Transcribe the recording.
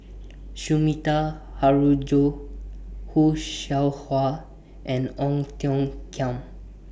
Sumida Haruzo Khoo Seow Hwa and Ong Tiong Khiam